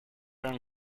ran